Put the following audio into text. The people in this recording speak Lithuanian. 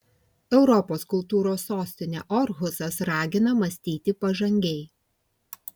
europos kultūros sostinė orhusas ragina mąstyti pažangiai